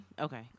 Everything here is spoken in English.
Okay